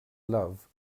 love